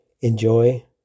Enjoy